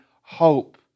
hope